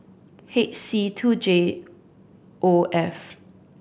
H C two J O F